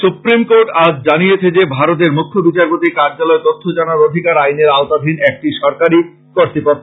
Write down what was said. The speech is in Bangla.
সুপ্রীম কোর্ট আজ জানিয়েছে যে ভারতের মুখ্য বিচারপতির কার্যালয় তথ্য জানার অধিকার আইনের আওতাধীন একটি সরকারি কর্তৃপক্ষ